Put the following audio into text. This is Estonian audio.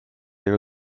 ega